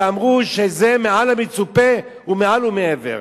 שאמרו שזה מעל למצופה ומעל ומעבר,